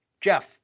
Jeff